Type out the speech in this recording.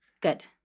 Good